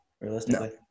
realistically